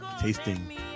tasting